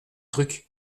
truc